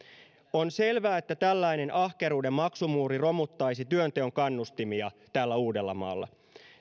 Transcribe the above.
on selvää että tällainen ahkeruuden maksumuuri romuttaisi työnteon kannustimia täällä uudellamaalla